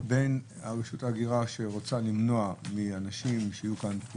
את המוטיבציה שלהם להישאר בעבודה.